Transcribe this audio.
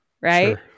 right